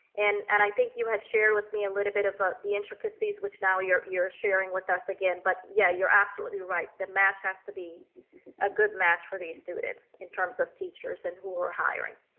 and and i think you had shared with me a and little bit about the intricacies, which now you're you're sharing with us again, but yeah, you're absolutely right. the match has to be a good match for these students. in terms of teachers and who we're hiring.